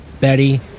Betty